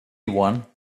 one